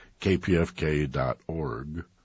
kpfk.org